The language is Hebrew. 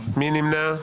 מי נמנע?